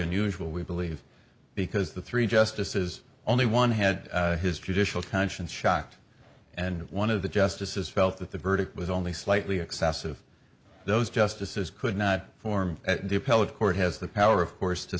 unusual we believe because the three justices only one had his judicial conscience shot and one of the justices felt that the verdict was only slightly excessive those justices could not form at the appellate court has the power of course to